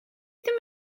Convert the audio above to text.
ddim